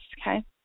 okay